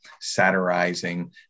satirizing